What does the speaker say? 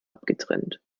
abgetrennt